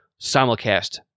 simulcast